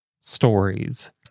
stories